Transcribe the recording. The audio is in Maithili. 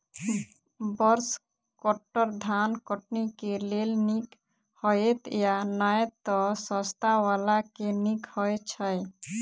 ब्रश कटर धान कटनी केँ लेल नीक हएत या नै तऽ सस्ता वला केँ नीक हय छै?